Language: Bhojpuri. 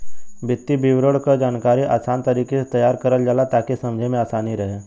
वित्तीय विवरण क जानकारी आसान तरीके से तैयार करल जाला ताकि समझे में आसानी रहे